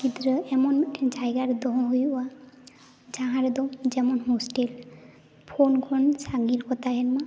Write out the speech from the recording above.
ᱜᱤᱫᱽᱨᱟᱹ ᱮᱢᱚᱱ ᱢᱤᱫᱴᱮᱱ ᱡᱟᱭᱜᱟ ᱨᱮ ᱫᱚᱦᱚ ᱦᱩᱭᱩᱜᱼᱟ ᱡᱟᱦᱟᱸ ᱨᱮᱫᱚ ᱡᱮᱢᱚᱱ ᱦᱳᱥᱴᱮᱞ ᱯᱷᱳᱱ ᱠᱷᱚᱱ ᱥᱟᱹᱜᱤᱧ ᱨᱮᱠᱚ ᱛᱟᱦᱮᱱ ᱢᱟ